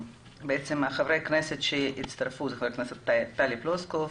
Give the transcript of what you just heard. חברי הכנסת שהצטרפו: חברת הכנסת טלי פלוסקוב,